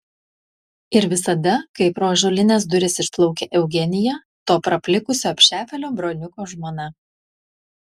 ir visada kai pro ąžuolines duris išplaukia eugenija to praplikusio apšepėlio broniuko žmona